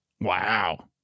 Wow